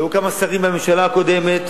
והיו כמה שרים בממשלה הקודמת,